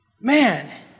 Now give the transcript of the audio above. Man